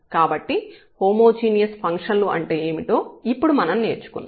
కాబట్టి homogeneous function లు అంటే ఏమిటో ఇప్పుడు మనం నేర్చుకుందాం